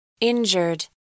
injured